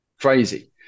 crazy